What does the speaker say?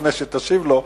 לפני שתשיב לו,